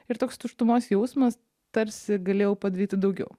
ir toks tuštumos jausmas tarsi galėjau padaryti daugiau